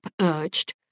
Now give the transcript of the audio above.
urged